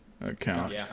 account